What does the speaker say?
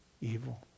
evil